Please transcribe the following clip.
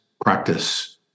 practice